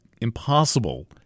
impossible